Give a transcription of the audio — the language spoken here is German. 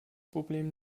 problem